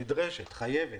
חייבת,